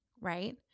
right